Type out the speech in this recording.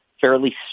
fairly